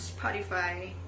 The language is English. Spotify